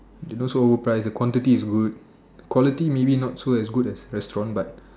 they not so overprices the quantity is good the quality maybe not so as good as restaurant but